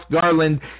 Garland